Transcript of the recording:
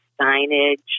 signage